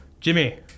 Jimmy